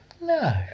No